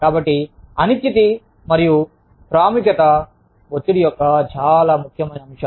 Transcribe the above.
కాబట్టి అనిశ్చితి మరియు ప్రాముఖ్యత ఒత్తిడి యొక్క చాలా ముఖ్యమైన అంశాలు